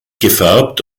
gefärbt